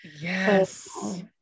Yes